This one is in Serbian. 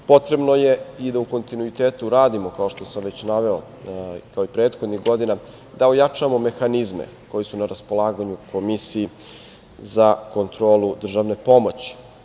Potrebno je i da u kontinuitetu radimo, kao što sam već naveo, kao i prethodnih godina, da ojačamo mehanizme koji su na raspolaganju Komisiji za kontrolu državne pomoći.